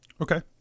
Okay